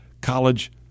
college